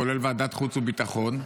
כולל ועדת החוץ והביטחון,